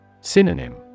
Synonym